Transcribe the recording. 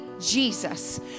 Jesus